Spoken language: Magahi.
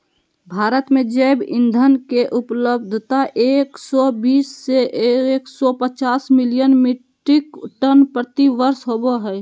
भारत में जैव ईंधन के उपलब्धता एक सौ बीस से एक सौ पचास मिलियन मिट्रिक टन प्रति वर्ष होबो हई